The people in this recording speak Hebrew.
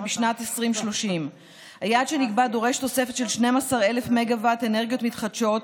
בשנת 2030. היעד שנקבע דורש תוספת של 12,000 מגה-וואט אנרגיות מתחדשות,